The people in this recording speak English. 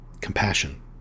compassion